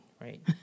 right